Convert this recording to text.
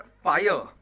fire